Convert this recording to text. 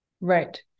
right